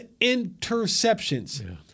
interceptions